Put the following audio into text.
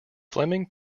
fleming